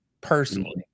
Personally